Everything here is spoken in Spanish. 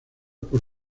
por